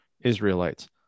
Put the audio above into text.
Israelites